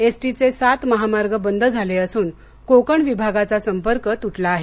एसटीचे सात महामार्ग बंद झाले असून कोकण विभागाचा संपर्क तुटला आहे